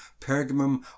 Pergamum